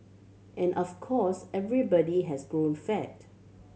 and of course everybody has grown fat